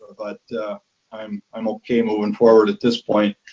but i'm i'm okay moving forward at this point.